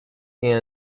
can